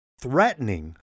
threatening